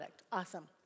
Awesome